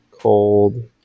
cold